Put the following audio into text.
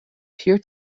peer